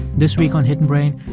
this week on hidden brain,